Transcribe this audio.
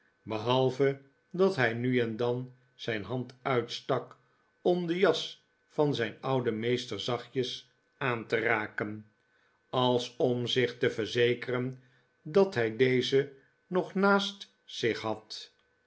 behalve dat hi nu en dan zijn hand uitstak om de jas van zijn ouden meester zachtjes aan te raken als om zich te verzekeren dat hij dezen nog naast zich had